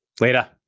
Later